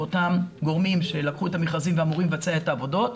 לאותם גורמים שלקחו את המכרזים ואמורים לבצע את העבודות,